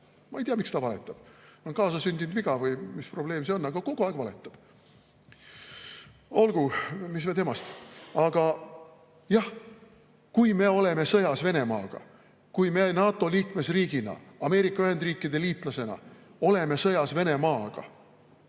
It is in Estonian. Ma ei tea, miks ta valetab, on see kaasasündinud viga või mis probleem see on, aga ta kogu aeg valetab. Olgu, mis me temast. Aga jah, kui me oleme sõjas Venemaaga, kui me NATO liikmesriigina, Ameerika Ühendriikide liitlasena oleme sõjas Venemaaga,